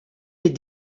est